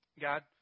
God